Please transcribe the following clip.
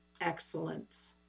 excellence